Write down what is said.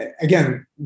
again